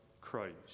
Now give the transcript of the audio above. Christ